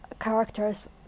characters